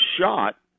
shot